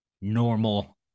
normal